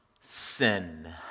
sin